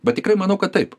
bet tikrai manau kad taip